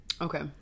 okay